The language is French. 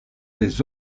des